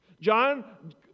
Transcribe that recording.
John